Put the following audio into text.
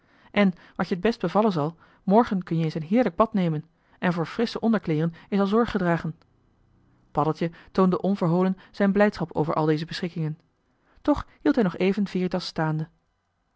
en wat je t best bevallen zal morgen kun-je eens een heerlijk bad nemen en voor frissche onderkleeren is al zorg gedragen paddeltje toonde onverholen zijn blijdschap over al deze beschikkingen toch hield hij nog even veritas staande